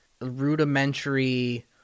rudimentary